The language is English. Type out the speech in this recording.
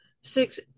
six